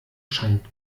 scheint